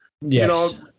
Yes